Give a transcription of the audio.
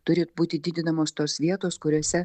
turi būti didinamos tos vietos kuriose